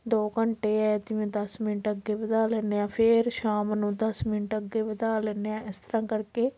ਦੋ ਘੰਟੇ ਹੈ ਜਿਵੇਂ ਦਸ ਮਿੰਟ ਅੱਗੇ ਵਧਾ ਲੈਂਦੇ ਹਾਂ ਫਿਰ ਸ਼ਾਮ ਨੂੰ ਦਸ ਮਿੰਟ ਅੱਗੇ ਵਧਾ ਲੈਂਦੇ ਆ ਇਸ ਤਰ੍ਹਾਂ ਕਰਕੇ